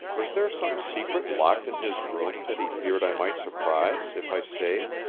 was there some secret locked in his room that he feared i might surprise if i stayed?